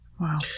Wow